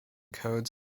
codes